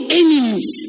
enemies